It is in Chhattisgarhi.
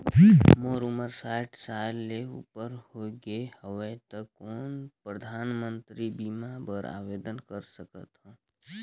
मोर उमर साठ साल ले उपर हो गे हवय त कौन मैं परधानमंतरी बीमा बर आवेदन कर सकथव?